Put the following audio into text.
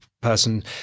person